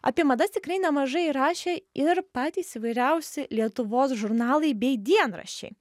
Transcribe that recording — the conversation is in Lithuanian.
apie madas tikrai nemažai rašė ir patys įvairiausi lietuvos žurnalai bei dienraščiai